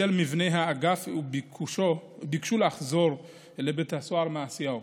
דקל בשל מבנה האגף וביקשו לחזור לבית הסוהר מעשיהו.